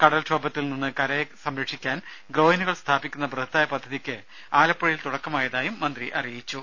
കടൽ ക്ഷോഭത്തിൽ നിന്ന് കരയെ സംരക്ഷിക്കാൻ ഗ്രോയിനുകൾ സ്ഥാപിക്കുന്ന ബൃഹത്തായ പദ്ധതിക്കും ആലപ്പുഴയിൽ തുടക്കമായതായും മന്ത്രി പറഞ്ഞു